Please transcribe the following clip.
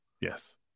Yes